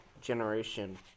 generation